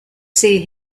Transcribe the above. see